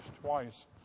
twice